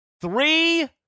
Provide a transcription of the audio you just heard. Three